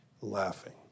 laughing